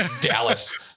Dallas